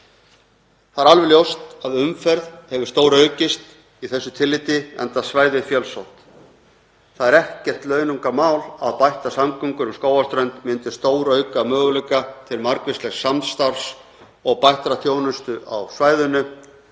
Það er alveg ljóst að umferð hefur stóraukist í þessu tilliti enda svæðið fjölsótt. Það er ekkert launungarmál að bættar samgöngur um Skógarströnd myndu stórauka möguleika til margvíslegs samstarfs og bættrar þjónustu á svæðinu,